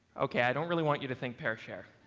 okay, i don't really want you to think-pair-share.